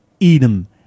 Edom